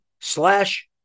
slash